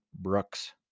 Brooks